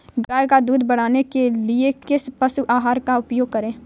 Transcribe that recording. गाय का दूध बढ़ाने के लिए किस पशु आहार का उपयोग करें?